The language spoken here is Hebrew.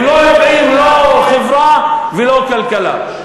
הם לא יודעים לא חברה ולא כלכלה.